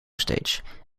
stage